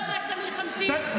מה התרומה שלך למאמץ המלחמתי?